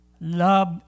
Love